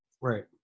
Right